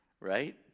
right